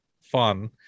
fun